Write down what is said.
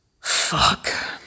Fuck